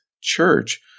church